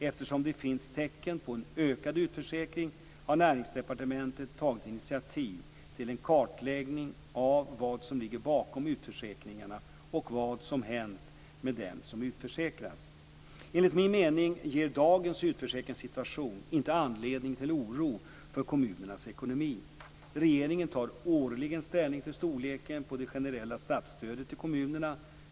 Eftersom det finns tecken på en ökad utförsäkring har Näringsdepartementet tagit initiativ till en kartläggning av vad som ligger bakom utförsäkringarna och vad som hänt med dem som utförsäkrats. Enligt min mening ger dagens utförsäkringssituation inte anledning till oro för kommunernas ekonomi. Regeringen tar årligen ställning till storleken på det generella statsstödet till kommunerna.